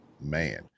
man